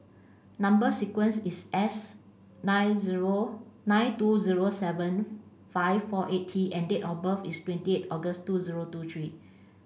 number sequence is S nine nine two zero seven five four eight T and date of birth is twenty eight August two zero two three